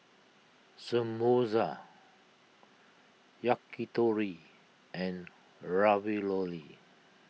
Samosa Yakitori and Ravioli